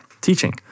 Teaching